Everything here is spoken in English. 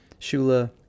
Shula